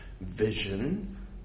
vision